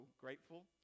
grateful